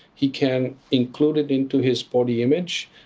he can include it into his body image,